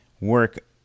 work